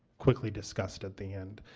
quickly discussed at the end.